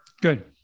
Good